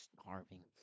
starving